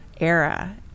era